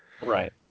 right